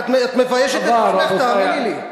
את מביישת את עצמך, תאמיני לי.